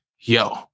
yo